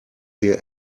wir